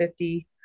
50